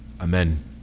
Amen